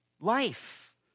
life